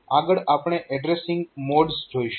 આગળ આપણે addressing modes જોઈશું